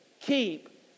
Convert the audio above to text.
keep